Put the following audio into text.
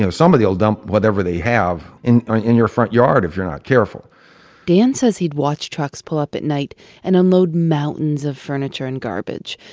so somebody will dump whatever they have in ah in your front yard if you're not careful dan says he'd watch trucks pull up at night and unload mountains of furniture and garbage.